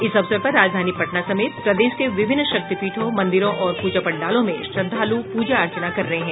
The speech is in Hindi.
इस अवसर पर राजधानी पटना समेत प्रदेश के विभिन्न शक्तिपीठों मंदिरों और प्रजा पंडालों में श्रद्धालु प्रजा अर्चना कर रहे हैं